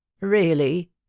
Really